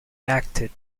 acted